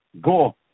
Go